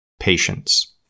Patience